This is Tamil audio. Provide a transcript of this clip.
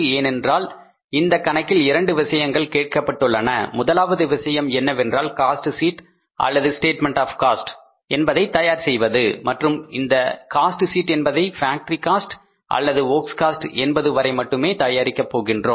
ஏனென்றால் இந்த கணக்கில் இரண்டு விஷயங்கள் கேட்கப்பட்டுள்ளன முதலாவது விஷயம் என்னவென்றால் காஸ்ட் ஷீட் அல்லது ஸ்டேட்மெண்ட் ஆப் காஸ்ட் என்பதை தயார் செய்வது மற்றும் இந்த காஸ்ட் ஷீட் என்பதை ஃபேக்டரி காஸ்ட் அல்லது வொர்க்ஸ் காஸ்ட் என்பது வரை மட்டுமே தயாரிக்க போகின்றோம்